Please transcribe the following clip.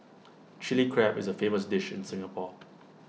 Chilli Crab is A famous dish in Singapore